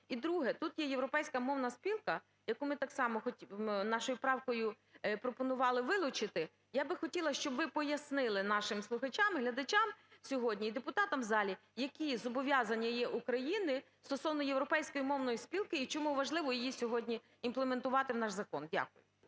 І друге. Тут є Європейська мовна спілка, яку ми так само нашою правкою пропонували вилучити. Я би хотіла, щоб ви пояснили нашим слухачам і глядачам сьогодні, і депутатам в залі, які зобов'язання є в України стосовно Європейської мовної спілки і чому важливо її сьогодніімплементувати в наш закон. Дякую.